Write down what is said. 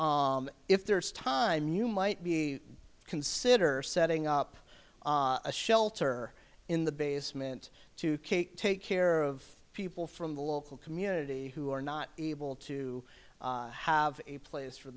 if there's time you might be consider setting up a shelter in the basement to create take care of people from the local community who are not able to have a place for